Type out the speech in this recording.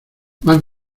más